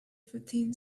fifteen